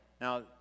Now